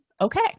okay